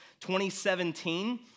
2017